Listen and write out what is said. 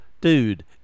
Dude